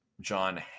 John